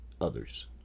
others